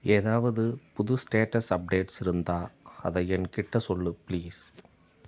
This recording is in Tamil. ஏதாவது புது ஸ்டேட்டஸ் அப்டேட்ஸ் இருந்தால் அதை என் கிட்டே சொல் ப்ளீஸ்